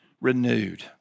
renewed